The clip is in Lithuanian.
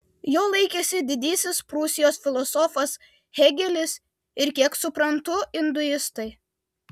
jo laikėsi didysis prūsijos filosofas hėgelis ir kiek suprantu induistai